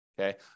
okay